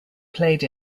played